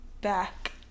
back